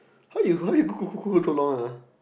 how you how you for so long ah